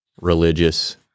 religious